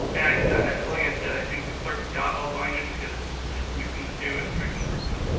and like i said i think the clerk's got all the language because it's just mixing the two and striking the word summer.